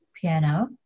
piano